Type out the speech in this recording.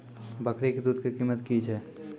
बकरी के दूध के कीमत की छै?